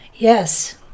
Yes